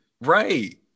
right